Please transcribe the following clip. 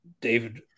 David